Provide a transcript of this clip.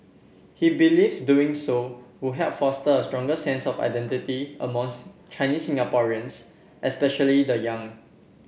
he believes doing so would help foster a stronger sense of identity a month Chinese Singaporeans especially the young